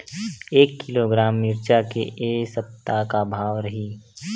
एक किलोग्राम मिरचा के ए सप्ता का भाव रहि?